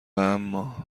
اما